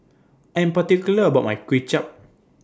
I'm particular about My Kway Chap